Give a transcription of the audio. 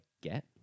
get